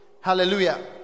Hallelujah